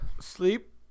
sleep